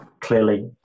clearly